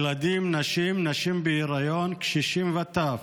ילדים, נשים, נשים בהיריון, קשישים וטף,